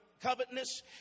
covetousness